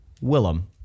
Willem